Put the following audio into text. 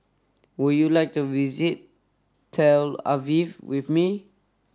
would you like to visit Tel Aviv with me